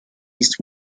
east